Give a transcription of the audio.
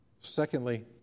Secondly